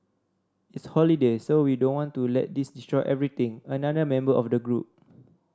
it's holiday so we don't want to let this destroy everything another member of the group